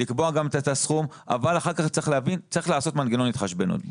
לקבוע גם את הסכום אבל אחר כך צריך לעשות מנגנון התחשבנות.